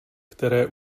které